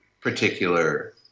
particular